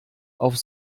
auf